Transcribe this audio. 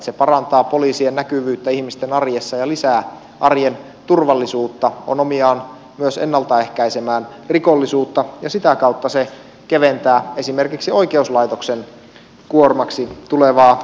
se parantaa poliisien näkyvyyttä ihmisten arjessa ja lisää arjen turvallisuutta on omiaan myös ennalta ehkäisemään rikollisuutta ja sitä kautta se keventää esimerkiksi oikeuslaitoksen kuormaksi tulevaa rikollisuuden taakkaa